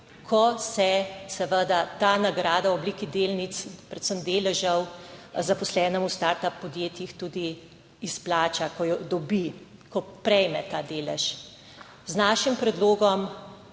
se seveda ta nagrada v obliki delnic, predvsem deležev zaposlenim v startup podjetjih tudi izplača, ko jo dobi, ko prejme ta delež. Z našim predlogom...